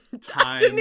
time